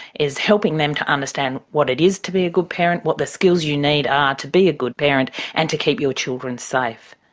is helping them understand what it is to be a good parent, what the skills you need are to be a good parent and to keep your children safe.